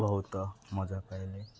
ବହୁତ ମଜା ପାଇଲେ